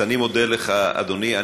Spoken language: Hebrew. אז אני מודה לך, אדוני.